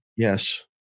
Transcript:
Yes